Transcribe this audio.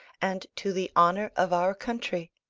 and to the honour of our country.